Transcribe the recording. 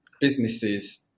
businesses